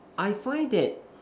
I find that